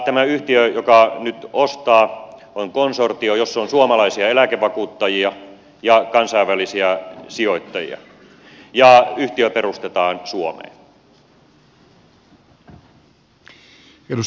tämä yhtiö joka nyt ostaa on konsortio jossa on suomalaisia eläkevakuuttajia ja kansainvälisiä sijoittajia ja yhtiö perustetaan suomeen